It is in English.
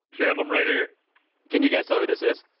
sam, i'm right here can you guess who this is?